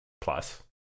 plus